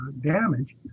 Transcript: damage